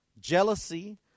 jealousy